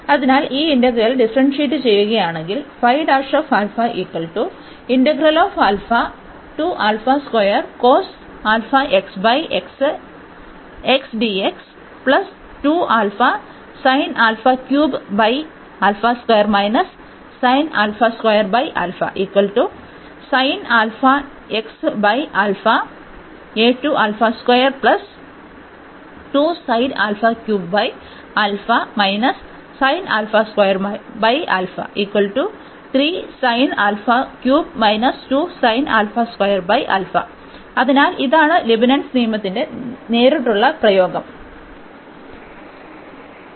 അതിനാൽ ഈ integral differentiate ചെയ്യുകയാണെങ്കിൽ അതിനാൽ ഇത് ലീബ്നിറ്റ്സ് നിയമത്തിന്റെ നേരിട്ടുള്ള പ്രയോഗമായിരുന്നു